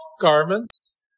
garments